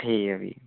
ठीक ऐ भी